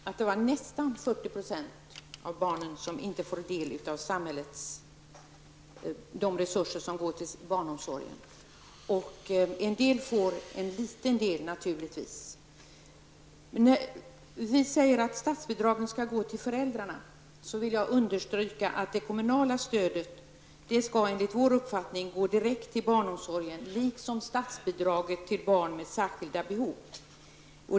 Herr talman! Jag sade att nästan 40 % av barnen inte får del av de resurser som går till barnomsorgen. Somliga får, naturligtvis, en liten del. Vi säger att statsbidragen skall gå till föräldrarna. Men jag vill understryka att det kommunala stödet enligt vår uppfattning skall gå direkt till barnomsorgen. Detsamma gäller för statsbidraget till barn med särskilda behov.